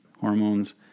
hormones